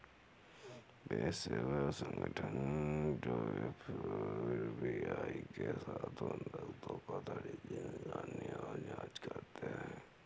पेशेवर संगठन जो एफ.बी.आई के साथ बंधक धोखाधड़ी की निगरानी और जांच करते हैं